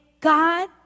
God